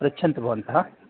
पृच्छन्तु भवन्तः